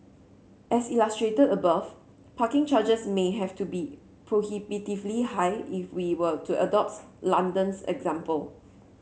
as illustrated above parking charges may have to be prohibitively high if we were to adopts London's example